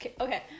Okay